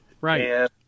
Right